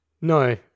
No